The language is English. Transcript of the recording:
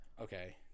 Okay